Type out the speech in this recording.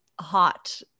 Hot